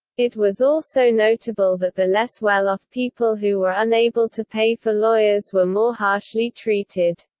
it was also notable that the less well-off people who were unable to pay for lawyers were more harshly treated.